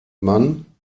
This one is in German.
man